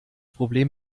problem